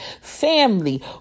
Family